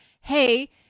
hey